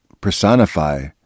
personify